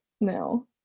no